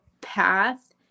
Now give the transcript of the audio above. path